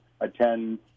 attend